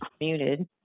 Muted